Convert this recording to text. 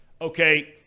okay